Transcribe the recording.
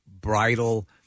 bridal